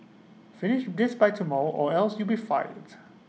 finish this by tomorrow or else you'll be fired